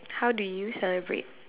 how do you celebrate